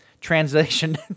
translation